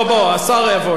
זה מעניין לשמוע.